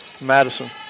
Madison